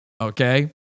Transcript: Okay